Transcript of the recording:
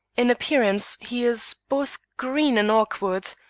in appearance he is both green and awkward.